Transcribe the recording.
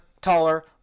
taller